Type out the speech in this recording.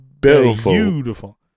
Beautiful